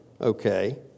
okay